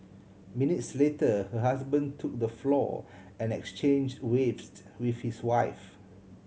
minutes later her husband took the floor and exchange wavesed with his wife